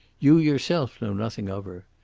you yourself know nothing of her.